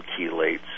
chelates